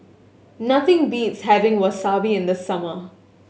nothing beats having Wasabi in the summer